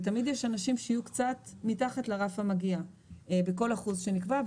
ותמיד יש אנשים שיהיו קצת מתחת לרף המגיע בכל אחוז שנקבע.